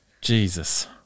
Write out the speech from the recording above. Jesus